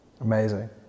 amazing